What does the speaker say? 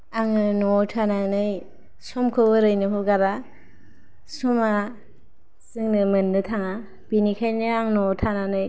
आङो न'वाव थानानै समखौ ओरैनो हगारा समखौ जोङो मोननो थाङा बेनिखायनो आं न'वाव